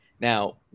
Now